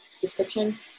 description